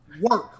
work